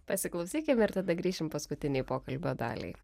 pasiklausykim ir tada grįšim paskutinei pokalbio daliai